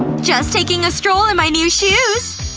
just taking a stroll in my new shoes!